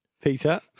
Peter